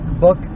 book